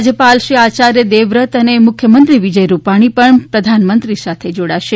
રાજ્યપાલએ આચાર્ય દેવવ્રતજી અને મુખ્યમંત્રી વિજય રૂપાણી પણ પ્રધાનમંત્રી સાથે જોડાશે